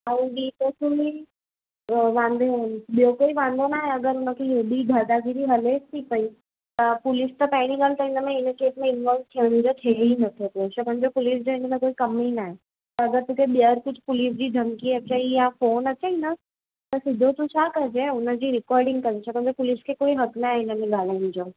ऐं बि फ़ोटु में वांदो ॿियो कोई वांदो न आहे अगरि उनखे एॾी दादागीरी हलेसि थी पई त पुलिस त पहिरीं ॻाल्हि त हिनमें हिन केस में इनवॉल्व थियण जो थिए ई नथो पियो छाकाणि त पुलिस जो हिनमें कोई कम ई न आहे त अगरि तोखे ॿीहर कुझु पुलिस जी धमकी अचई या फ़ोन अचई न त सिधो सो छा कजेई उनजी रिकॉडिंग करे छॾ उनमें पुलिस जो कोई हक न आहे इनमें ॻाल्हाइण जो